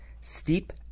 steep